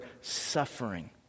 suffering